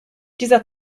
dieser